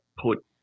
put